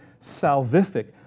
salvific